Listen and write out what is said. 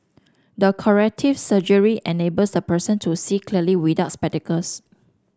the corrective surgery enables the person to see clearly without spectacles